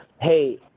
hey